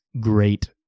great